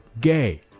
gay